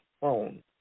phone